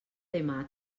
demà